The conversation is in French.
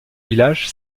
village